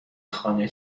خانه